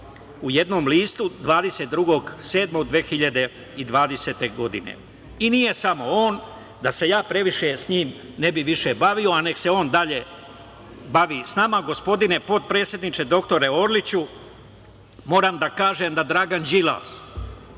u jednom listu 22.7.2020. godine. I nije samo on. Da se ja previše s njim ne bi više bavio, a neka se on dalje bavi s nama. Gospodine potpredsedniče, doktore Orliću moram da kažem da Dragan Đilas